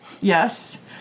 Yes